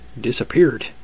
disappeared